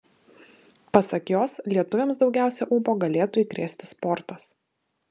pasak jos lietuviams daugiausiai ūpo galėtų įkrėsi sportas